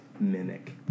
mimic